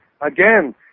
again